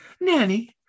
Nanny